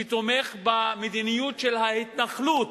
שתומך במדיניות של ההתנחלות,